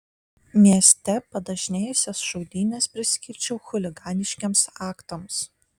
mieste padažnėjusias šaudynes priskirčiau chuliganiškiems aktams